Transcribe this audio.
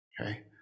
Okay